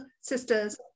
Sisters